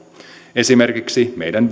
esimerkiksi meidän